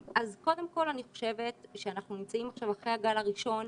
אז קודם כל אני חושבת שאנחנו נמצאים עכשיו אחרי הגל הראשון,